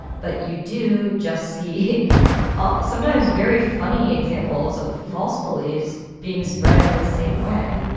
but you do just see sometimes very funny examples of false beliefs being spread in the same way